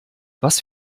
was